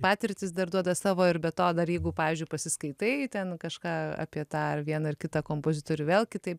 patirtys dar duoda savo ir be to dar jeigu pavyzdžiui pasiskaitai ten kažką apie tą ar vieną ar kitą kompozitorių vėl kitaip